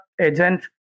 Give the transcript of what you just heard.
agent